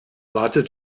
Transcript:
wartet